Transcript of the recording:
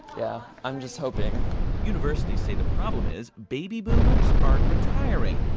yeah, i'm just hoping universities say the problem is baby boomers aren't retiring.